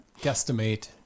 guesstimate